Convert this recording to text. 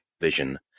vision